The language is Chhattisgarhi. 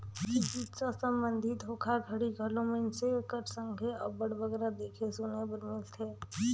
चिकित्सा संबंधी धोखाघड़ी घलो मइनसे कर संघे अब्बड़ बगरा देखे सुने बर मिलथे